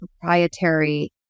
proprietary